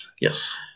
Yes